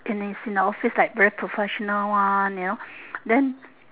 and it's in an office like very professional one you know then